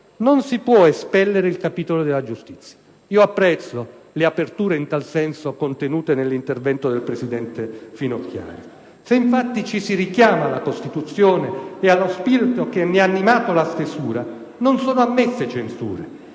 non si può espellere il capitolo della giustizia. Apprezzo le aperture in tal senso contenute nell'intervento della presidente Finocchiaro. Infatti, se ci si richiama alla Costituzione e allo spirito che ne ha animato la stesura, non sono ammesse censure: